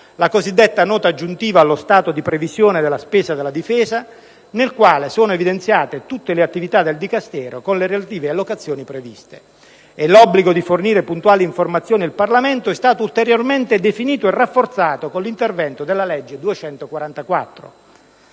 (la cosiddetta Nota aggiuntiva allo Stato di previsione della spesa della Difesa), nel quale sono evidenziate tutte le attività del Dicastero, con le relative allocazioni previste. L'obbligo di fornire puntuali informazioni al Parlamento è stato ulteriormente definito e rafforzato con l'intervento della legge n.